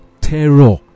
terror